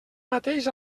mateix